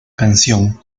canción